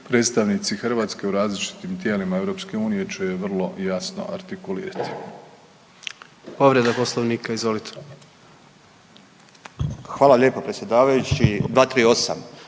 predstavnici Hrvatske u različitim tijelima EU će vrlo jasno artikulirati.